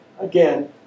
again